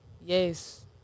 yes